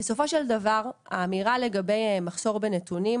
בסופו של דבר האמירה לגבי מחסור בנתונים